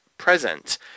present